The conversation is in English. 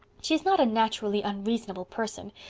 she's not a naturally unreasonable person,